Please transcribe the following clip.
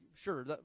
sure